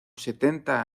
setenta